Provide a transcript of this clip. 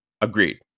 Agreed